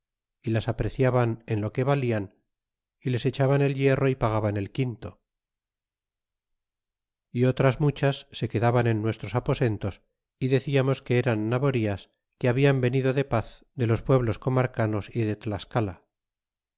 y las apreciaban en lo que valían y les echaban el hierro y pagaban el quinto y otras muchas se quedaban en nuestros aposentos y decíamos que eran naborias que hablan venido de paz de los pueblos comarcanos y de tlascala